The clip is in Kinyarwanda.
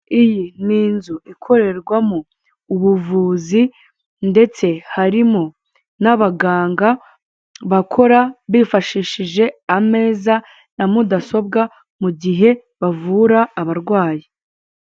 Iyi ni inzu ikorerwamo ubuvuzi ndetse harimo n'abaganga bakora bifashishije ameza na mudasobwa mu gihe bavura abarwayi.